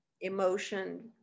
emotion